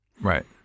Right